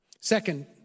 Second